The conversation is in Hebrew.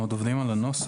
אנחנו עוד עובדים על הנוסח,